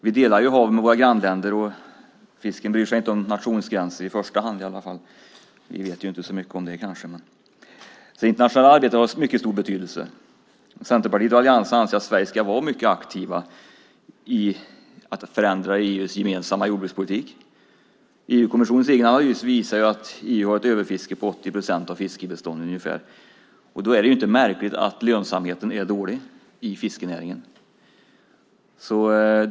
Vi delar hav med våra grannländer, och fisken bryr sig inte om nationsgränser i första hand i alla fall. Vi vet inte så mycket om det, kanske. Det internationella arbetet har mycket stor betydelse. Centerpartiet och alliansen anser att Sverige ska vara mycket aktivt i att förändra EU:s gemensamma jordbrukspolitik. EU-kommissionens egen analys visar att EU har ett överfiske på ungefär 80 procent av fiskbestånden. Då är det inte märkligt att lönsamheten är dålig i fiskenäringen.